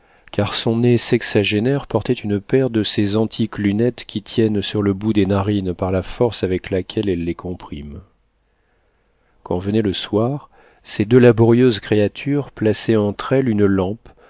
car son nez sexagénaire portait une paire de ces antiques lunettes qui tiennent sur le bout des narines par la force avec laquelle elles les compriment quand venait le soir ces deux laborieuses créatures plaçaient entre elles une lampe